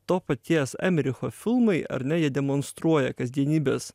to paties emericho filmai ar ne jie demonstruoja kasdienybės